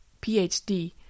PhD